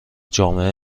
جامعه